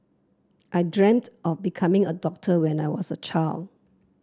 I dreamt of becoming a doctor when I was child